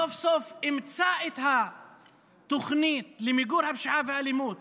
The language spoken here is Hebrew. אימצה את התוכנית למיגור הפשיעה והאלימות